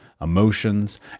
emotions